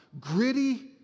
gritty